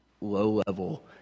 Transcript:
low-level